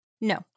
No